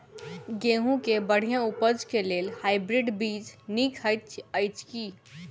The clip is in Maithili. गेंहूँ केँ बढ़िया उपज केँ लेल हाइब्रिड बीज नीक हएत अछि की?